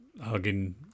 hugging